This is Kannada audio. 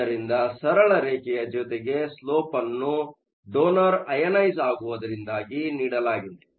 ಆದ್ದರಿಂದ ಸರಳ ರೇಖೆಯ ಜೊತೆಗೆ ಸ್ಲೋಪ್ ಅನ್ನು ಡೊನರ್ ಅಯನೈಸ಼್ ಆಗುವುದರಿಂದಾಗಿ ನೀಡಲಾಗಿದೆ